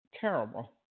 terrible